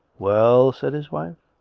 well? said his wife.